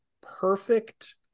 perfect